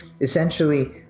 Essentially